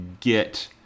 get